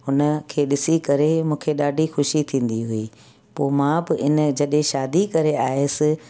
हुन खे ॾिसी करे मूंखे ॾाढी ख़ुशी थींदी हुई पोइ मां बि इन जॾहिं शादी करे आयसि